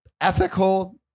Ethical